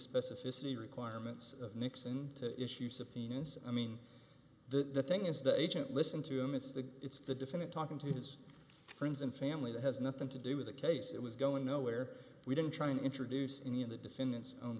specificity requirements of nixon to issue subpoenas i mean the thing is the agent listen to him it's the it's the defendant talking to his friends and family that has nothing to do with the case it was going nowhere we didn't try and introduce any of the defendant's